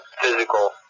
physical